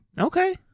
Okay